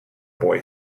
boy